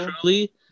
truly